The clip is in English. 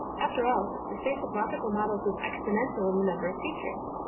after all, this base of logical models is exponential in the number of features.